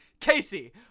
Casey